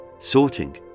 sorting